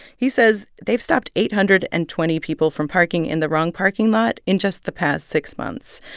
he says they've stopped eight hundred and twenty people from parking in the wrong parking lot in just the past six months.